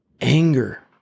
anger